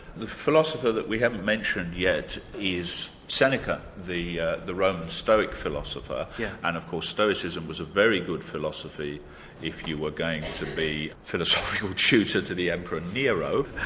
the philosopher that we haven't mentioned yet is seneca, the the roman stoic philosopher, yeah and of course stoicism was a very good philosophy if you were going to be philosophical tutor to the emperor nero,